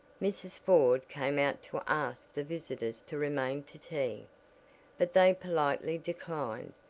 mrs. ford came out to ask the visitors to remain to tea, but they politely declined.